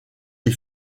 des